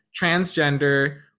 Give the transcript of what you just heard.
transgender